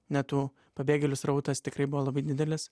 ne tų pabėgėlių srautas tikrai buvo labai didelis